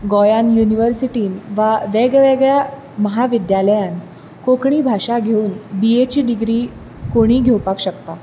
गोंयांतन युनिवर्सिटींत वा वेगवेगळ्या महाविद्यालयांत कोंकणी भाशा घेऊन बी एची डिग्री कोणींय घेवपाक शकता